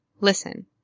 Listen